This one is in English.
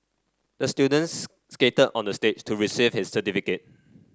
the student skated onto the stage to receive his certificate